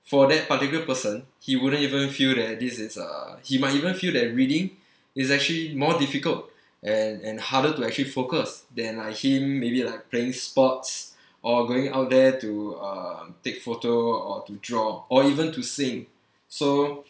for that particular person he wouldn't even feel that this is uh he might even feel that reading is actually more difficult and and harder to actually focus than like him maybe like playing sports or going out there to uh take photo or to draw or even to sing so